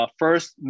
first